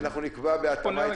נקבע בתיאום איתכם.